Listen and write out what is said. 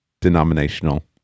denominational